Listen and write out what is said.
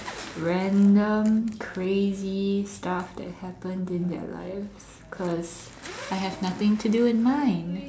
random crazy stuff that happened in their life because I have nothing to do in mine